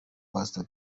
pastor